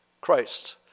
Christ